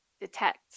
detect